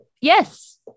yes